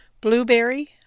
Blueberry